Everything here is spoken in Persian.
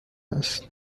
است